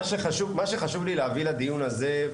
מה שחשוב לי להביא לדיון הזה,